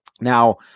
Now